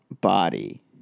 body